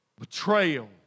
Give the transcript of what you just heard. Betrayal